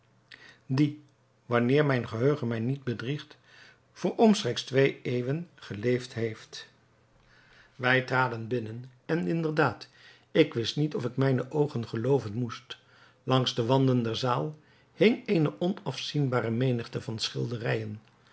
die wanneer mijn geheugen mij niet bedriegt voor omstreeks twee eeuwen geleefd heeft wij traden binnen en inderdaad ik wist niet of ik mijne oogen gelooven moest langs de wanden der zaal hing eene onafzienbare menigte van schilderijen